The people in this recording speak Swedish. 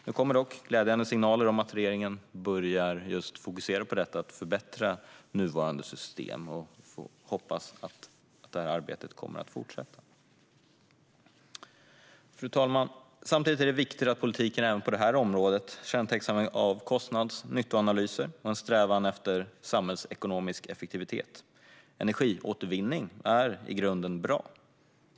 Nu kommer dock glädjande signaler om att regeringen börjar fokusera på att förbättra nuvarande system. Man får hoppas att arbetet fortsätter. Fru talman! Det är samtidigt viktigt att politiken även på detta område kännetecknas av kostnads och nyttoanalyser och en strävan efter samhällsekonomisk effektivitet. Energiåtervinning är i grunden något bra.